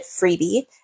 freebie